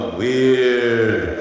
weird